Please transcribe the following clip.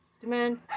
demand